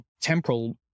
temporal